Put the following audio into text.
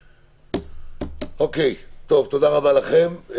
אוקיי, תודה רבה לכם.